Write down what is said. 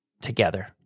together